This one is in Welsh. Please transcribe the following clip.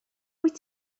wyt